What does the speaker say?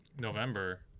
november